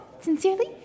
Sincerely